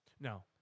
No